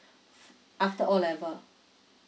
after all level